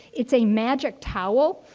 it's a magic towel.